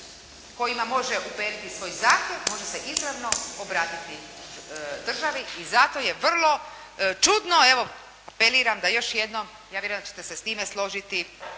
kojima može uperiti svoj zakon, može se izravno obratiti državi i zato je vrlo čudno, evo apeliram da još jednom, ja vjerujem da ćete se s time složiti,